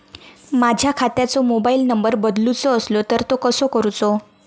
माझ्या खात्याचो mobile number बदलुचो असलो तर तो कसो करूचो?